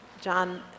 John